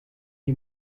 you